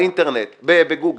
באינטרנט בגוגל,